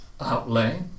outlay